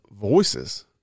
voices